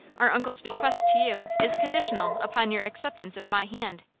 our uncle's bequest to you is conditional upon your acceptance of my hand.